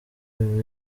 ibi